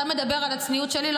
אתה מדבר על הצניעות שלי?